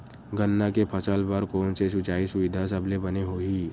गन्ना के फसल बर कोन से सिचाई सुविधा सबले बने होही?